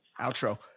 Outro